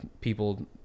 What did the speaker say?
people